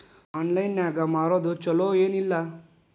Online ನಾಗ್ ಮಾರೋದು ಛಲೋ ಏನ್ ಇಲ್ಲ?